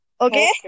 okay